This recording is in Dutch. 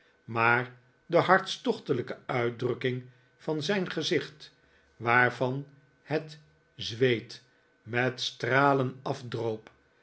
maar de hartstochtelijke uitdrukking van zijn gezicht waarvan het zweet met stralen afdroop